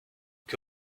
que